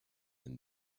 and